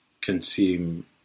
consume